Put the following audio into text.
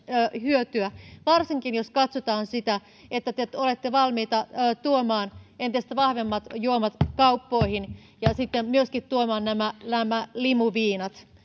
hyötyä varsinkin jos katsotaan sitä että te te olette valmiita tuomaan entistä vahvemmat juomat kauppoihin ja myöskin tuomaan limuviinat